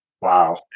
Wow